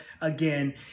again